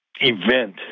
event